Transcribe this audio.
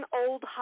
old